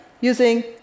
using